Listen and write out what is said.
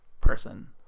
person